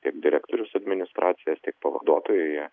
tiek direktorius administracijos tiek pavaduotoja